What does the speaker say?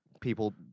people